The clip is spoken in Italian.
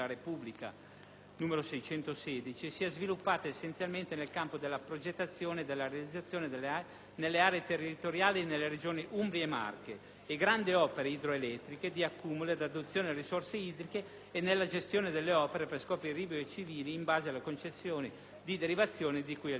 n. 616, si è sviluppata essenzialmente nel campo della progettazione e della realizzazione, nelle aree territoriali delle Regioni Umbria e Marche, di grandi opere idroelettriche di accumulo e adduzione delle risorse idriche e nella gestione delle opere stesse per scopi irrigui e civili, in base alle concessioni di derivazioni di cui è titolare.